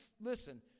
listen